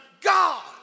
God